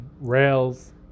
rails